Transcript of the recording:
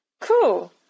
Cool